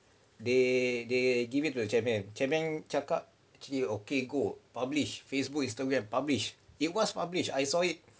they they give it to the chairman chairman cakap okay okay go published Facebook Instagram published it was published I saw it